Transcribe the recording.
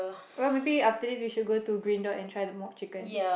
well maybe after this we should go to Green Dot and try their mock chicken